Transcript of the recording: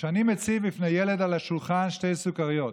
כשאני מציב בפני ילד על השולחן שתי סוכריות: